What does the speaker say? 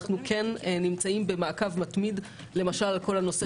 אנחנו כן נמצאים במעקב מתמיד בכל הנושא